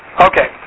Okay